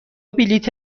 بلیط